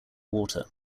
water